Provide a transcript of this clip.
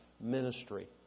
ministry